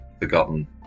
forgotten